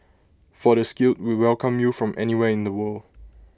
for the skilled we welcome you from anywhere in the world